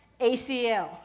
ACL